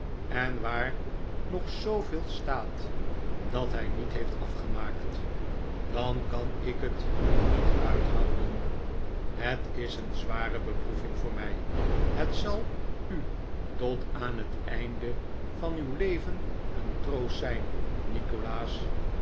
en waar nog zooveel staat dat hij niet heeft afgemaakt dan kan ik het niet uithouden het is een zware beproeving voor mij het zal u tot aan het einde van uw leven een troost zijn nikolaas